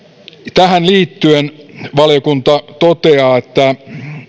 tähän liittyen valiokunta toteaa että